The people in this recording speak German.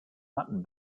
matten